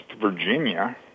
Virginia